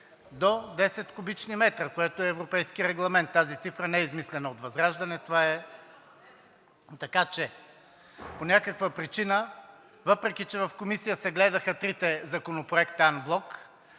до 10 кубични метра, което е европейски регламент, тази цифра не е измислена от ВЪЗРАЖДАНЕ. По някаква причина, въпреки че в Комисията се гледаха трите законопроекта анблок,